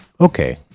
Okay